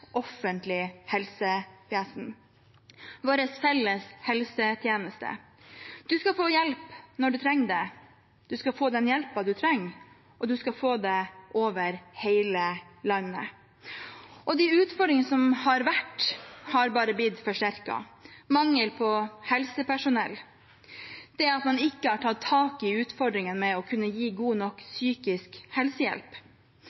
offentlig helsevesen, vår felles helsetjeneste. En skal få hjelp når en trenger det. En skal få den hjelpen en trenger, og en skal få det over hele landet. De utfordringene som har vært, har bare blitt forsterket – mangel på helsepersonell, det at man ikke har tatt tak i utfordringene med å kunne gi god nok